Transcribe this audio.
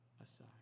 aside